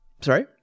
Sorry